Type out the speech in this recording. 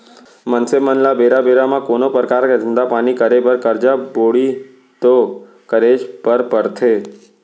मनसे मन ल बेरा बेरा म कोनो परकार के धंधा पानी करे बर करजा बोड़ी तो करेच बर परथे